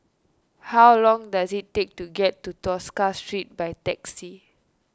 how long does it take to get to Tosca Street by taxi